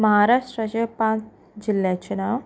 महाराष्ट्राच्या पांच जिल्ल्याचें नांव